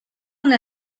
una